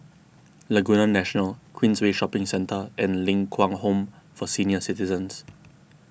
Laguna National Queensway Shopping Centre and Ling Kwang Home for Senior Citizens